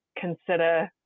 consider